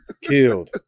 Killed